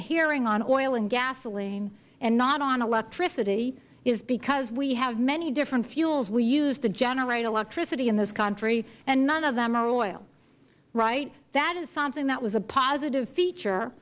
a hearing on oil and gasoline and not on electricity is because we have many different fuels we use to generate electricity in this country and none of them are oil right that was something that was a positive future